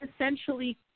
essentially